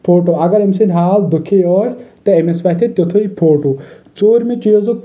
photo اگر أمۍ سٕنٛدۍ حال دُکھی ٲسۍ تہٕ أمِس وتھہِ تیُتھُے فوٹو ژوٗرمہِ چیٖزُک